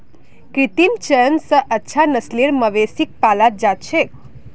कृत्रिम चयन स अच्छा नस्लेर मवेशिक पालाल जा छेक